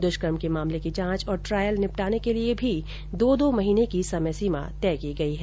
दृष्कर्म के मामले की जांच और ट्रायल निपटाने के लिये भी दो दो महीने की समय सीमा तय की गई है